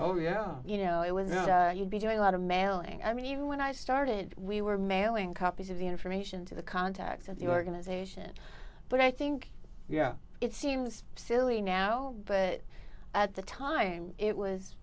oh yeah you know it was you'd be doing a lot of mailing i mean even when i started we were mailing copies of the information to the contacts of the organization but i think yeah it seems silly now but at the time it was